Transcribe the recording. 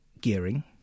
gearing